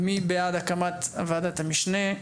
מי בעד הקמת ועדת המשנה?